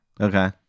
Okay